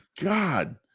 God